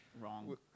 wrong